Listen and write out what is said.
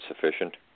sufficient